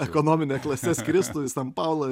ekonomine klase skristų į san paulą